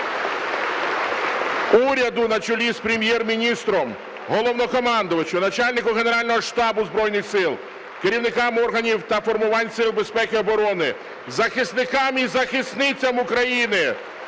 уряду на чолі з прем'єр-міністром, Головнокомандувачу, начальнику Генерального штабу Збройних Сил, керівникам органів та формувань сил безпеки і оборони, захисникам і захисницям України,